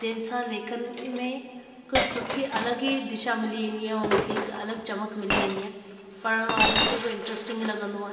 जंहिं सां लेखन में हिकु सुठी अलॻि ई दिशा मिली वेंदी आहे हुनखे हिकु अलॻि चमक मिली वेंदी आहे पढ़ण वारनि खे बि इंटरेस्टिंग लॻंदो आहे